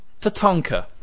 Tatanka